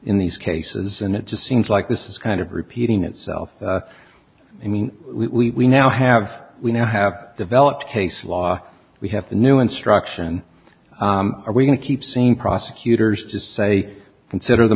in these cases and it just seems like this is kind of repeating itself i mean we we now have we now have developed case law we have the new instruction or we can keep seeing prosecutors to say consider the